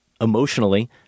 emotionally